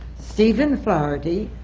stephen flaherty,